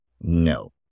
no